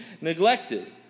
neglected